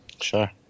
Sure